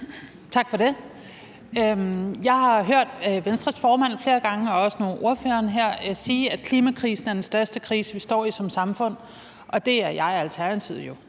Tak for det. Jeg har hørt Venstres formand flere gange og også nu ordføreren her sige, at klimakrisen er den største krise, vi står i som samfund, og det er jeg og